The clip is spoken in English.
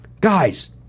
guys